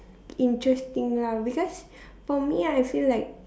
interesting lah because for me I feel like